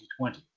2020